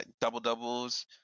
double-doubles